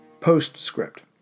Postscript